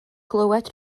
glywed